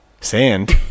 Sand